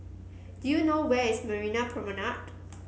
do you know where is Marina Promenade